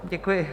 Děkuji.